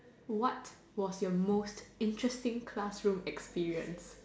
what was your most interesting class room experience